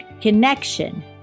Connection